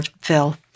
Phil